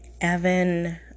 Evan